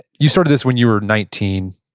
you started this when you were nineteen,